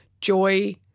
joy